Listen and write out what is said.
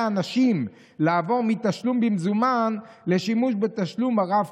אנשים לעבור מתשלום במזומן לשימוש בתשלום הרב-קו,